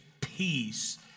peace